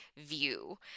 view